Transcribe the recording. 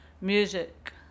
music